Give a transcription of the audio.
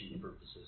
purposes